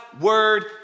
word